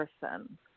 person